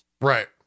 right